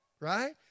right